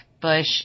Bush